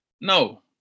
No